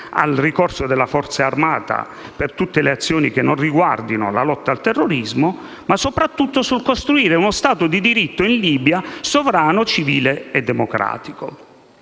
dal ricorso alle Forze armate per tutte le azioni che non riguardino la lotta al terrorismo, ma soprattutto sulla costruzione in Libia di uno Stato di diritto sovrano, civile e democratico.